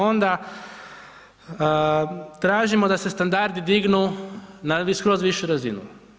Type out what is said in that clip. Onda tražimo da se standardi dignu na skroz višu razinu.